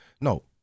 no